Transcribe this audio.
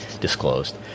disclosed